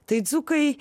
tai dzūkai